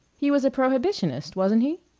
he was a prohibitionist, wasn't he?